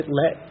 let